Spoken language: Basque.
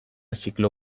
ziklo